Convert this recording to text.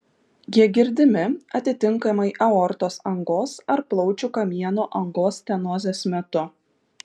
jie girdimi atitinkamai aortos angos ar plaučių kamieno angos stenozės metu